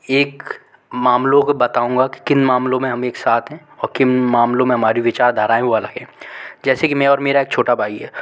एक मामलों का बताऊँगा कि किन मामलों मे हम एक साथ हैं और किन मामलों में हमारी विचारधारा है वो अलग है जैसे कि मैं और मेरा एक छोटा भाई है